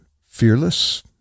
fearless